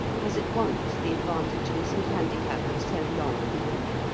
has at once the advantages and handicap of so long a beak.